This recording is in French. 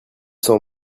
cent